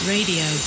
Radio